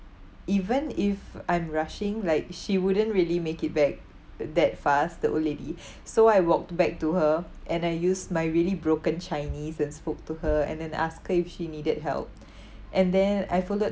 even if I'm rushing like she wouldn't really make it back th~ that fast the old lady so I walked back to her and I use my really broken chinese and spoke to her and then ask her if she needed help and then I followed